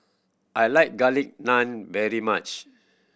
I like Garlic Naan very much